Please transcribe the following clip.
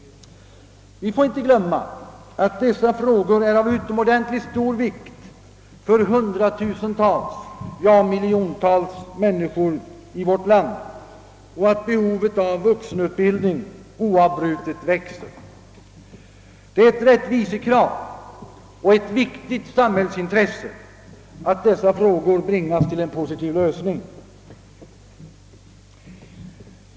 Vi får inte glömma att dessa frågor är av utomordentligt stor vikt för hundratusentals, ja, miljontals människor i vårt land och att behovet av vuxenutbildning oavbrutet växer. Det är ett rättvisekrav och ett viktigt samhällsintresse att dessa frågor bringas till en positiv lösning.